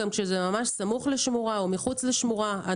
גם כשזה ממש סמוך לשמורה או מחוץ לשמורה.